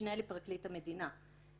למשנה לפרקליט המדינה.